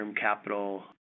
capital